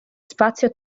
spazio